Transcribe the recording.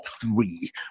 three